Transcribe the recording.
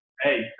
Hey